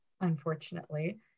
unfortunately